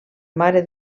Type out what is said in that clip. mare